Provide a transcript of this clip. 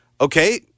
okay